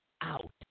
out